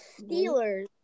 Steelers